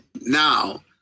now